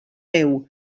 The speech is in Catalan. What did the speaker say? veu